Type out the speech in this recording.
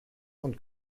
und